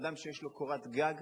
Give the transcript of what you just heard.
אדם שיש לו קורת גג,